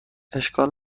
اشکال